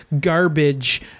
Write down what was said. Garbage